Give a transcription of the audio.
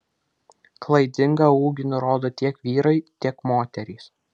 klaidingą ūgį nurodo tiek vyrai tiek moterys